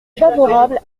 favorable